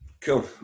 Cool